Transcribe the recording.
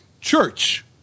church